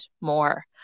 more